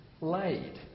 laid